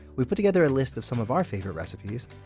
we've put together a list of some of our favorite recipes.